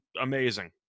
amazing